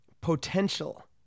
potential